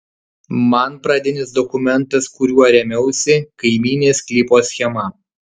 man pradinis dokumentas kuriuo rėmiausi kaimynės sklypo schema